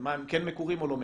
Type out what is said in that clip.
והאם הם כן מקורים או לא מקורים.